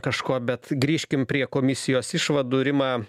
kažko bet grįžkim prie komisijos išvadų rima